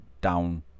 down